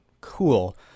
Cool